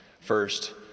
First